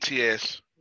ATS